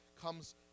comes